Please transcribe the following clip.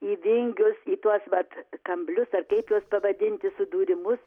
į vingius į tuos vat kamblius ar kaip juos pavadinti sudūrimus